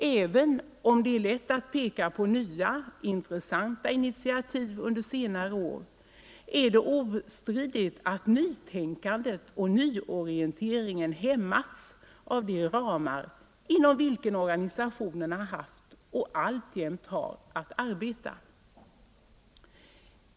Även om det är lätt att peka på nya intressanta initiativ under senare år, är det ostridigt att nytänkandet och nyorienteringen hämmats av de ramar inom vilka organisationerna haft och alltjämt har att arbeta.